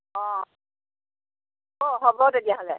অ' অ' হ'ব তেতিয়াহ'লে